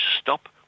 stop